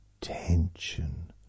tension